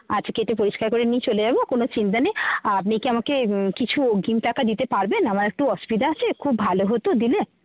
আচ্ছা কেটে পরিষ্কার করে নিয়ে চলে যাবো কোনো চিন্তা নেই আপনি কি আমাকে কিছু অগ্রিম টাকা দিতে পারবেন আমার একটু অসুবিধা আছে খুব ভালো হতো দিলে